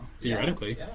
theoretically